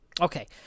okay